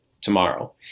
tomorrow